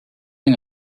une